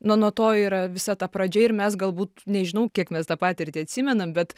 na nuo to yra visa ta pradžia ir mes galbūt nežinau kiek mes tą patirtį atsimenam bet